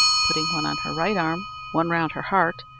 putting one on her right arm, one round her heart,